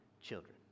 children